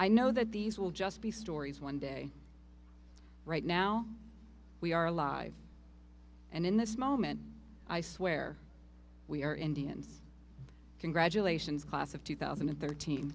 i know that these will just be stories one day right now we are alive and in this moment i swear we are indians congratulations class of two thousand and thirteen